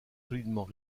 solidement